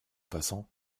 passant